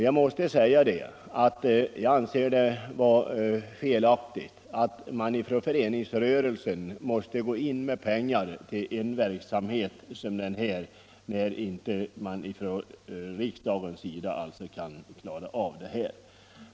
Jag anser det vara felaktigt att föreningsrörelsen måste gå in med pengar till en verksamhet som den här, när man inte från riksdagens sida kan klara detta.